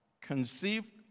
conceived